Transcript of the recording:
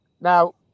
now